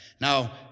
Now